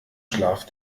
schlaf